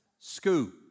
scoop